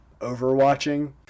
overwatching